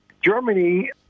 Germany